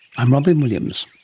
i'm robyn williams